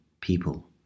people